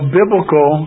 biblical